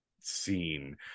scene